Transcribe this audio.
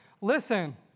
Listen